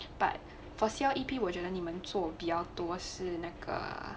but for s l e p 我觉得你们做比较多是那个